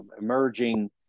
emerging